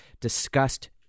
discussed